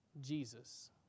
Jesus